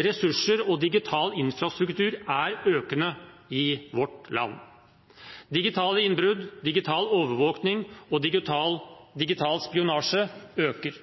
ressurser og digital infrastruktur er økende i vårt land. Digitale innbrudd, digital overvåkning og digital spionasje øker.